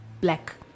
black